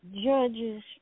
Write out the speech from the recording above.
judges